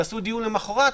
ואם תעשו דיון למוחרת,